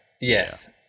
yes